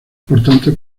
importante